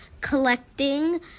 collecting